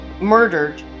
murdered